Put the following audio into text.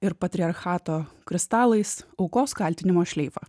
ir patriarchato kristalais aukos kaltinimo šleifą